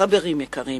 חברים יקרים,